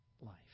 life